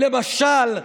נפתלי,